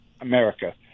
america